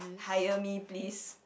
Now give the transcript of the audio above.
hire me please